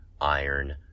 iron